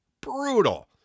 Brutal